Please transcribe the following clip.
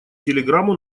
телеграмму